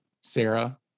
Sarah